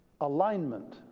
alignment